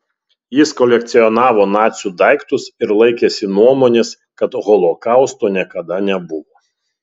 jis kolekcionavo nacių daiktus ir laikėsi nuomonės kad holokausto niekada nebuvo